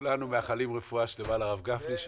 כולנו מאחלים רפואה שלמה לרב גפני,